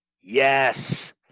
Yes